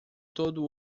todo